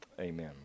Amen